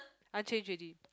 I change already